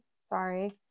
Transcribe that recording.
Sorry